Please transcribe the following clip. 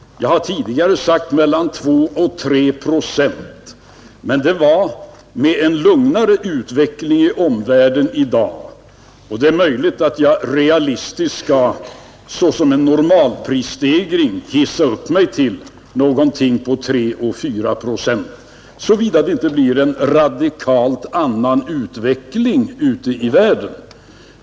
Jag har tidigare sagt mellan 2 och 3 procent, men det var med en lugnare utveckling i omvärlden än i dag och det är möjligt att jag realistiskt skall hissa upp mig till någonting på 3—4 procent för en normal prisstegring, såvida inte utvecklingen ute i världen blir en helt annan.